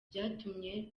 byatumye